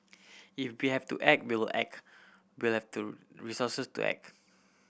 if we have to act we'll act we'll have to resources to act